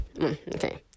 okay